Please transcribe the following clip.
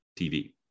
tv